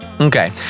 okay